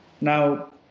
Now